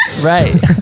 Right